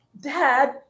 dad